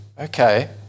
Okay